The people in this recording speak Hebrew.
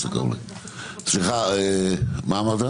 סליחה, מה אמרת?